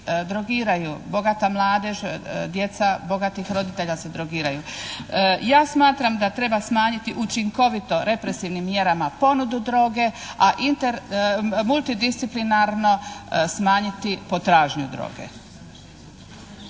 drogiraju, bogata mladež, djeca bogatih roditelja se drogiraju. Ja smatram da treba smanjiti učinkovito represivnim mjerama ponudi droge, a inter, multidisciplinarno smanjiti potražnju droge.